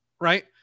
right